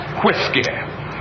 whiskey